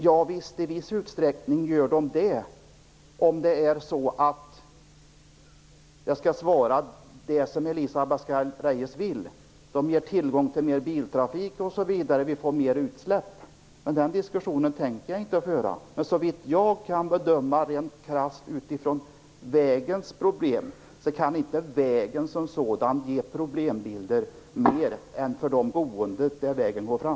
Ja, visst gör de det i viss utsträckning, om - och nu svarar jag det som Elisa Abascal Reyes vill - de ger tillgång till mer biltrafik och vi får mer utsläpp osv. Den diskussionen tänker jag dock inte föra. Men såvitt jag kan bedöma, rent krasst utifrån vägens problem, kan inte vägen som sådan ge problem annat än för de boende där vägen går fram.